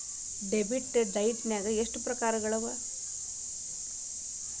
Debit ಡೈಟ್ನ್ಯಾಗ್ ಎಷ್ಟ್ ಪ್ರಕಾರಗಳವ?